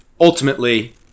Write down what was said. Ultimately